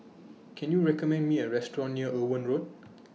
Can YOU recommend Me A Restaurant near Owen Road